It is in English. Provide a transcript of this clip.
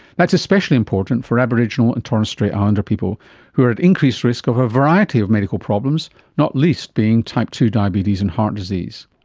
that's especially important for aboriginal and torres strait islander people who are at increased risk of a variety of medical problems, not least being type two diabetes and heart disease.